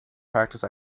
practice